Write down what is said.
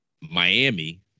Miami